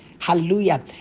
hallelujah